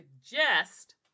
suggest